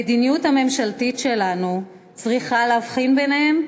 המדיניות הממשלתית שלנו צריכה להבחין ביניהם,